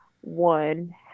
one